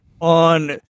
on